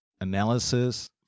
analysis